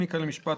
מהקליניקה למשפט,